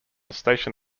station